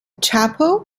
chapel